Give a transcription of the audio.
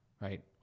Right